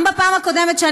גם בפעם הקודמת,